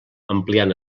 ampliant